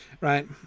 right